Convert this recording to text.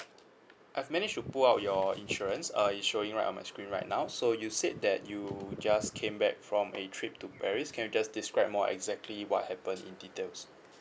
I've managed to pull out your insurance uh it's showing right on my screen right now so you said that you just came back from a trip to paris can you just describe more exactly what happened in details